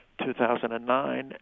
2009